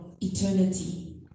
eternity